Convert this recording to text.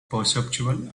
perceptual